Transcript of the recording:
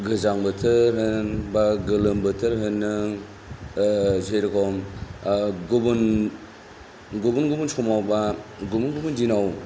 गोजां बोथोर होन बा गोलोम बोथोर होन नों जेरै गुबुन गुबुन समाव बा गुबुन गुबुन दिनाव